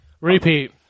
Repeat